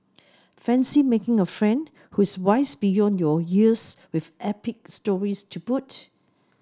fancy making a friend who's wise beyond your years with epic stories to boot